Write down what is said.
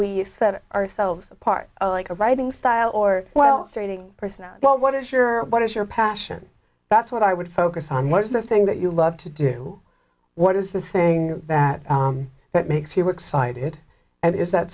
we set ourselves apart like a writing style or well stating a person well what is your what is your passion that's what i would focus on what is the thing that you love to do what is the thing that that makes you excited and is that